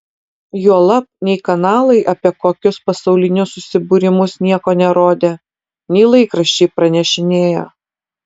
juolab nei kanalai apie kokius pasaulinius susibūrimus nieko nerodė nei laikraščiai pranešinėjo